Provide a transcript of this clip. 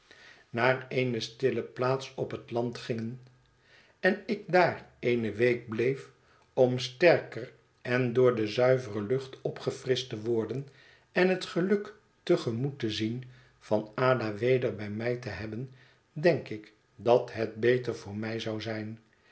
naar eene stille plaats op het land gingen en ik daar eene week bleef om sterker en door de zuivere lucht opgefrischt te worden en het geluk te gemoet te zien van ada weder bij mij te hebben denk ik dat het beter voor mij zou zijn